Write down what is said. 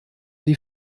die